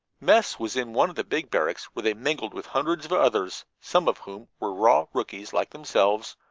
mess was in one of the big barracks, where they mingled with hundreds of others, some of whom were raw rookies like themselves,